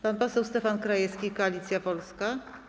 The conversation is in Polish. Pan poseł Stefan Krajewski, Koalicja Polska.